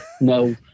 no